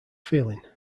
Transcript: feeling